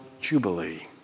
Jubilee